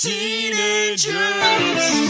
Teenagers